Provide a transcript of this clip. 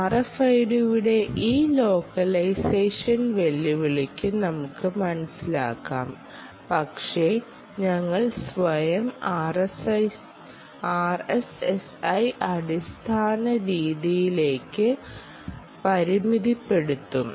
RFID യുടെ ഈ localisation വെല്ലുവിളി നമുക്ക് മനസിലാക്കാം പക്ഷേ ഞങ്ങൾ സ്വയം RSSI അടിസ്ഥാന രീതിയിലേക്ക് പരിമിതപ്പെടുത്തും